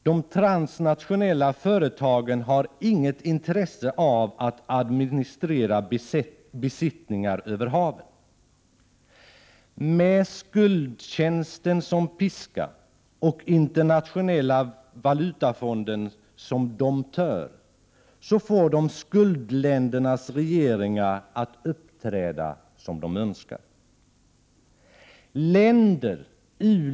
De transnationella företagen har inget intresse av att administrera besittningar över haven. Med skuldtjänsten som piska och IMF som domptör får de skuldländernas regeringar att uppträda som de önskar.